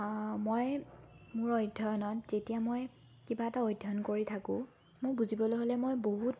মই মোৰ অধ্যয়নত যেতিয়া মই কিবা এটা অধ্যয়ন কৰি থাকোঁ মোৰ বুজিবলৈ হ'লে মই বহুত